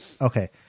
Okay